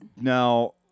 Now